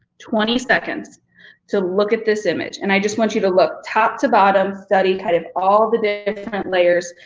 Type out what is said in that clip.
twenty seconds to look at this image, and i just want you to look top to bottom, study kind of all the different layers.